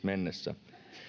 mennessä